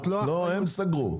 הם סגרו.